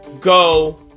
go